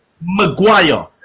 Maguire